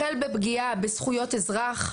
החל בפגיעה בזכויות אזרח,